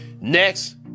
Next